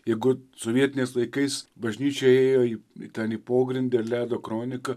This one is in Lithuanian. jeigu sovietiniais laikais bažnyčia ėjo į ten pogrindį ar leido kroniką